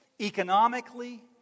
economically